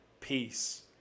peace